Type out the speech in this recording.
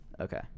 Okay